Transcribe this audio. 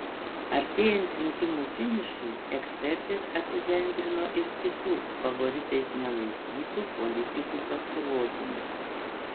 artėjant rinkimų finišui ekspertės apibendrino ir kitų favoritais nelaikytų politikų pasirodymus